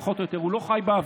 פחות או יותר הוא לא חי באוויר.